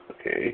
Okay